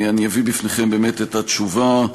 אני אביא בפניכם באמת את התשובה,